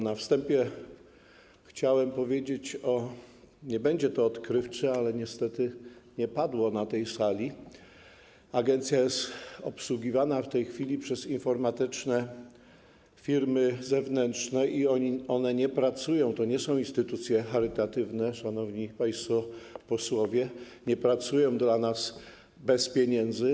Na wstępie chciałem powiedzieć - nie będzie to odkrywcze, ale niestety nie padło na tej sali - agencja jest obsługiwana w tej chwili przez informatyczne firmy zewnętrzne, a to nie są instytucje charytatywne, szanowni państwo posłowie, i nie pracują dla nas bez pieniędzy.